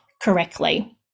correctly